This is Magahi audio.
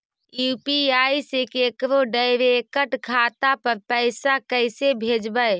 यु.पी.आई से केकरो डैरेकट खाता पर पैसा कैसे भेजबै?